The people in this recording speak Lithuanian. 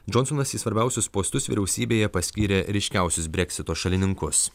džonsonas į svarbiausius postus vyriausybėje paskyrė ryškiausius breksito šalininkus